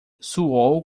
soou